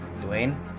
Dwayne